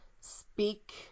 speak